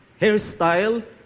Hairstyle